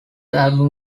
album